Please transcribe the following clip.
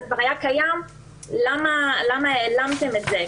זה כבר היה קיים ואני שואלת למה העלמתם את זה.